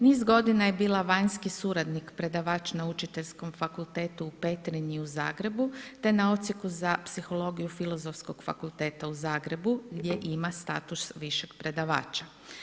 Niz godina je bila vanjski suradnik predavač na Učiteljskom fakultetu u Petrinji i u Zagrebu te na Odsjeku za psihologiju Filozofskog fakulteta u Zagrebu gdje ima status višeg predavača.